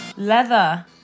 leather